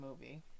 movie